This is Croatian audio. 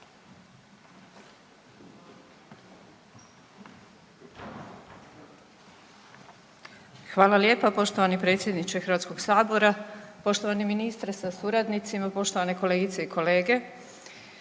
Hvala lijepa poštovani potpredsjedniče Hrvatskog sabora. Poštovani predsjednici vlade, kolegice i kolege